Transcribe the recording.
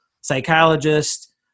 psychologist